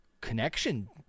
connection